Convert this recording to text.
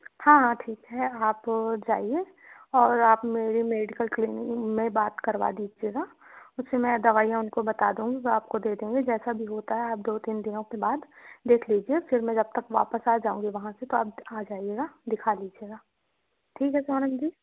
हाँ हाँ ठीक है आप जाइए और आप मेरी मेडिकल क्लि में बात करवा दीजिएगा उससे मैं दवाईयाँ उनको बता दूँगी वो आपको दे देंगे जैसा भी होता है आप दो तीन दिनों के बाद देख लीजिए फिर मैं जब तक वापस आ जाउँगी वहाँ से तो आप दिखा जाइएगा दिखा लीजिएगा ठीक है सोनम जी